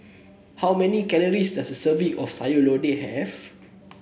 how many calories does a serving of Sayur Lodeh have